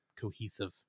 cohesive